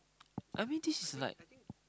I mean this is like